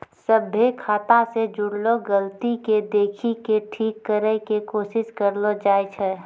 सभ्भे खाता से जुड़लो गलती के देखि के ठीक करै के कोशिश करलो जाय छै